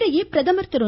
இதனிடையே பிரதமர் திரு